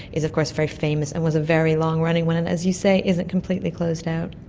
is of course very famous and was a very long-running one and, as you say, isn't completely closed out.